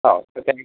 हो तर त्या